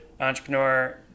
entrepreneur